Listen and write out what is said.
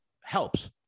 helps